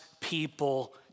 people